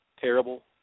terrible